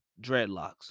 dreadlocks